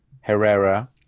Herrera